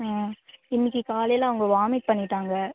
ஆ இன்றைக்கி காலையில் அவங்க வாமிட் பண்ணிவிட்டாங்க